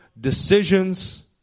decisions